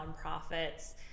nonprofits